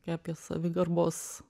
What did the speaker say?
tai apie savigarbos